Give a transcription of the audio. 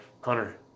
Hunter